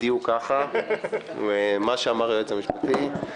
בדיוק ככה מה שאמר היועץ המשפטי.